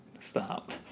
Stop